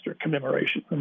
Commemoration